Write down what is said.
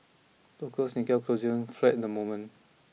Tokyo's Nikkei closed flat the moment